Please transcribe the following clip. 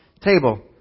table